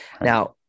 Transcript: Now